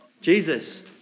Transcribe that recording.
Jesus